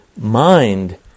mind